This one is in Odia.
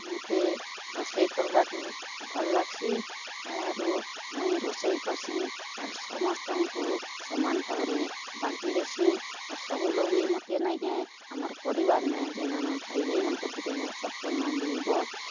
ମୋତେ ରୋଷେଇ କର୍ବାକୁ ଭଲ୍ ଲାଗ୍ସି ଆରୁ ମୁଇଁ ରୋଷେଇ କରସିଁ ଆର୍ ସମସ୍ତଙ୍କୁ ସମାନ୍ ଭାବରେ ବାଣ୍ଟି ଦେସିଁ ଆର୍ ସବୁ ଲୋକ୍ ବି ମୋତେ ନେଇଁ କେଁ ଆମର୍ ପରିବାର୍ ନେ ଜେନ୍ ଆମେ ଭାଇ ଭାଇ ମନ୍କର୍ ଭିତ୍ରେ ଜେନ୍ ସବ୍କର୍ନୁ ମୁଇଁ ବଡ୍